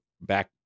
back